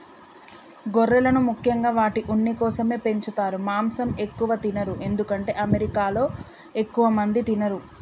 గొర్రెలను ముఖ్యంగా వాటి ఉన్ని కోసమే పెంచుతారు మాంసం ఎక్కువ తినరు ఎందుకంటే అమెరికాలో ఎక్కువ మంది తినరు